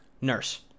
nurse